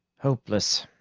hopeless,